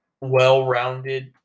well-rounded